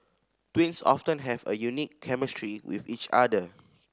twins often have a unique chemistry with each other